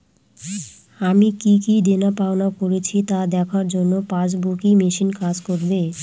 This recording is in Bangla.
আমি কি কি দেনাপাওনা করেছি তা দেখার জন্য পাসবুক ই মেশিন কাজ করবে?